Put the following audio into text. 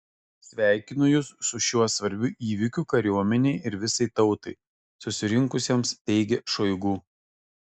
sveikinu jus su šiuo svarbiu įvykiu kariuomenei ir visai tautai susirinkusiems teigė šoigu